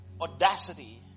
audacity